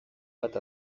bat